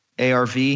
ARV